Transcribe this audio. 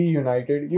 united